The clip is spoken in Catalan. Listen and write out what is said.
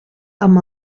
amb